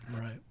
Right